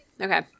Okay